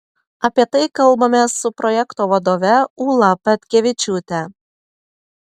apie tai kalbamės su projekto vadove ūla petkevičiūte